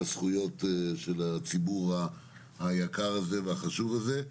הזכויות של הציבור היקר הזה והחשוב הזה.